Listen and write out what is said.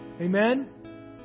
Amen